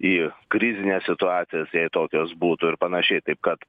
į krizines situacijas jei tokios būtų ir panašiai taip kad